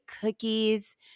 cookies